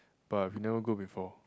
but we never go before